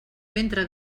mentre